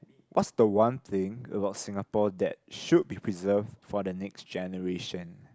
what's the one thing about Singapore that should be preserved for the next generation